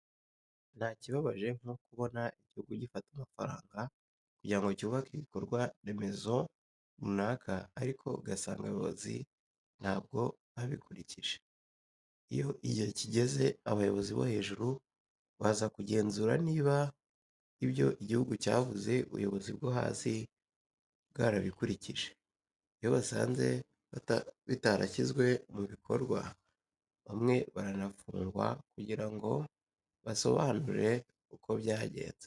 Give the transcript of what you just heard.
Nta kibabaje nko kubona igihugu gifata amafaranga kugira ngo cyubake ibikorwa remezo runaka ariko ugasanga abayobozi ntabwo babikurikije. Iyo igihe kigeze abayobozi bo hejuru baza kugenzura niba ibyo igihugu cyavuze ubuyobozi bwo hasi bwarabikurikije. Iyo basanze bitarashyizwe mu bikorwa bamwe baranafungwa kugira ngo basobanure uko byagenze.